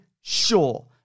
sure